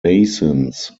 basins